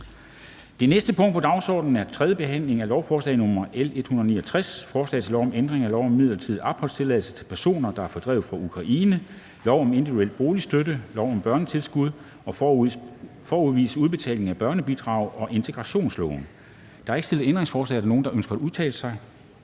Det næste punkt på dagsordenen er: 2) 3. behandling af lovforslag nr. L 169: Forslag til lov om ændring af lov om midlertidig opholdstilladelse til personer, der er fordrevet fra Ukraine, lov om individuel boligstøtte, lov om børnetilskud og forskudsvis udbetaling af børnebidrag og integrationsloven. (Kommunal indkvartering og forplejning og tilpasning